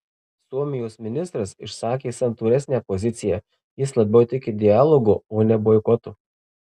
suomijos ministras išsakė santūresnę poziciją jis labiau tiki dialogu o ne boikotu